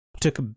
took